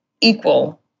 equal